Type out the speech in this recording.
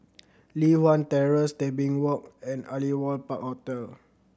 Li Hwan Terrace Tebing Walk and Aliwal Park Hotel